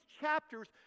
chapters